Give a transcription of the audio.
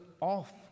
off